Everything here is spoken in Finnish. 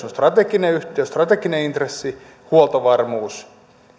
on strateginen intressi huoltovarmuus